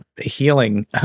healing